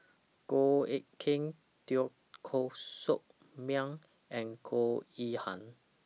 Goh Eck Kheng Teo Koh Sock Miang and Goh Yihan